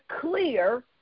clear